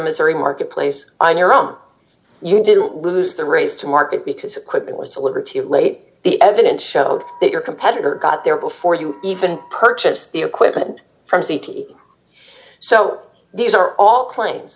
missouri marketplace on your own you didn't lose the raise to market because equipment was delivered to you late the evidence showed that your competitor got there before you even purchased the equipment from c t so these are all claim